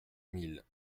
mille